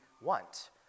want